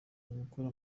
ugukora